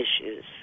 issues